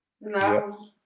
No